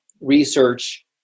research